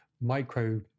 micro